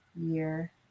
year